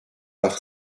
par